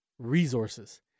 Resources